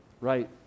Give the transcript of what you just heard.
Right